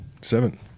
Seven